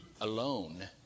alone